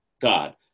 God